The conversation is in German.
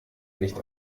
nicht